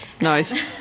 Nice